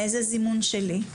זה זימון שלי.